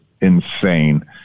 insane